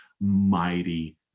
mighty